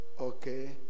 Okay